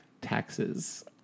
taxes